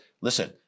listen